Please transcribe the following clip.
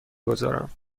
گذارم